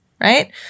right